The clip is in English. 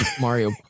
mario